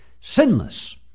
sinless